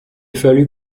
fallut